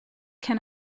can